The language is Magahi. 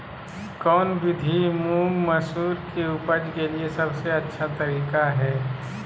कौन विधि मुंग, मसूर के उपज के लिए सबसे अच्छा तरीका है?